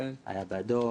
היה בעדו,